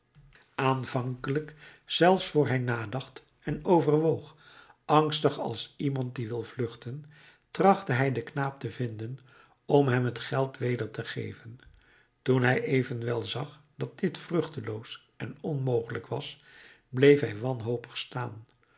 aanvankelijk zelfs vr hij nadacht en overwoog angstig als iemand die wil vluchten trachtte hij den knaap te vinden om hem het geld weder te geven toen hij evenwel zag dat dit vruchteloos en onmogelijk was bleef hij wanhopig staan